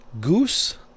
Goose